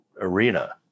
arena